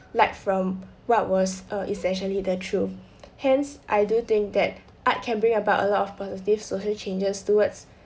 light from what was uh essentially the truth hence I do think that art can bring about a lot of positive social changes towards